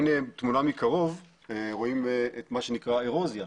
הנה תמונה מקרוב, רואים את מה שנקרא אירוזיה,